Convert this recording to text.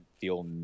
feel